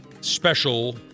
Special